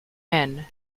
men